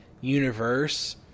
universe